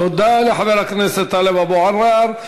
תודה לחבר הכנסת טלב אבו עראר.